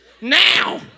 now